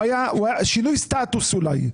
אולי שינוי סטטוס.